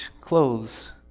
clothes